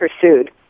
pursued